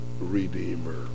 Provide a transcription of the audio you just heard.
Redeemer